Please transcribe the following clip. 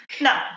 No